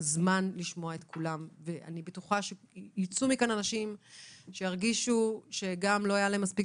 זמן לשמוע את כולם ויצאו מכאן אנשים שירגישו שלא היה להם מספיק